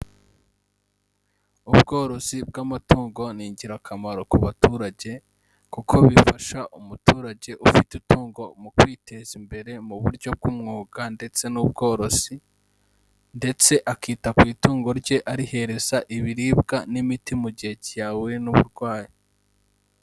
Ubworozi bw'amatungo ni ingirakamaro ku baturage kuko bifasha umuturage ufite itungo mu kwiteza imbere mu buryo bw'umwuga ndetse n'ubworozi ndetse akita ku itungo rye arihereza ibiribwa n'imiti mu gihe cyahuye n'uburwayi.